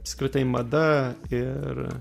apskritai mada ir